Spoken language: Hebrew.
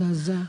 מזעזע.